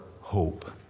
hope